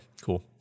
cool